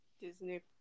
Disney